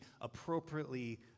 appropriately